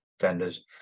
vendors